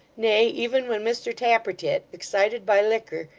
nay, even when mr tappertit, excited by liquor,